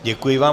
Děkuji vám.